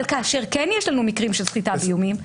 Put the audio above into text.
אבל כאשר כן יש לנו מקרים של סחיטה באיומים,